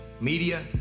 media